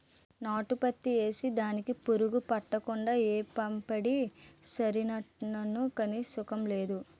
నాటు పత్తి ఏసి దానికి పురుగు పట్టకుండా ఏపపిండి సళ్ళినాను గాని సుకం లేదు